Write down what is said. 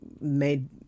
made